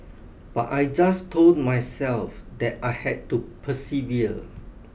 but I just told myself that I had to persevere